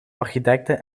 architecte